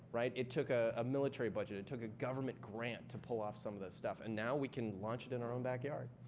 right? it took a a military budget. it took a government grant to pull off some of this stuff. and now, we can launch it in our own backyard.